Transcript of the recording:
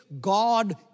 God